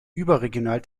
überregional